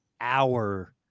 Hour